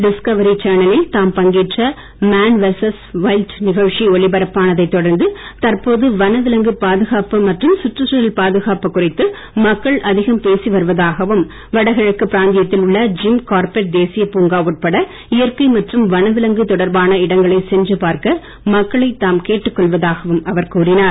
Discovery சேனலில் தாம் பங்கேற்ற மேன் வெர்சஸ் வைல்ட் நிகழ்ச்சி ஒளிபரப்பானதைத் தொடர்ந்து தற்போது வனவிலங்கு பாதுகாப்பு மற்றும் சுற்றுச்சூழல் பாதுகாப்பு குறித்து மக்கள் அதிகம் பேசி வருவதாகவும் வடகிழக்கு பிராந்தியத்தில் உள்ள ஜிம் கார்பெட் தேசிய பூங்கா உட்பட இயற்கை மற்றும் வனவிலங்கு தொடர்பான இடங்களை சென்று பார்க்க மக்களை தாம் கேட்டுக் கொள்வதாகவும் அவர் கூறினார்